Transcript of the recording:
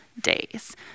days